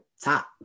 top